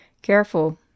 Careful